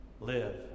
live